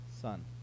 Son